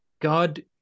God